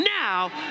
now